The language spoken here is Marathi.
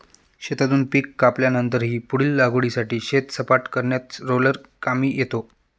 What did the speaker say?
शेतातून पीक कापल्यानंतरही पुढील लागवडीसाठी शेत सपाट करण्यात रोलर कामी येतो